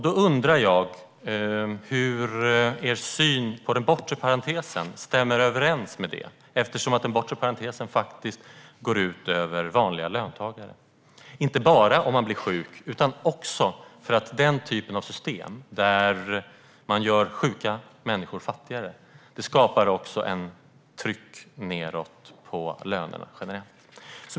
Då undrar jag hur er syn på den bortre parentesen stämmer överens med det eftersom den bortre parentesen faktiskt går ut över vanliga löntagare - inte bara om de blir sjuka utan också för att den typen av system där man gör sjuka människor fattigare skapar ett tryck nedåt på lönerna generellt.